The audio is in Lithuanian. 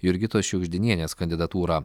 jurgitos šiugždinienės kandidatūrą